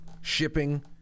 shipping